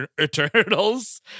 Eternals